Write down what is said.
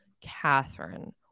Catherine